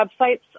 websites